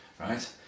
right